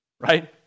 Right